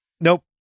Nope